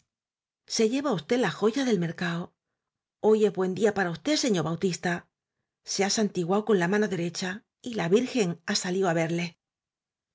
se lleva usté la joya del mercado hoy es buen día para usté señó bautista se ha santiguao con la mano derecha y la virgen ha salió á verle